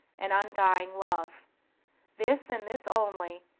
and undying love this, and this only,